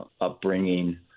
upbringing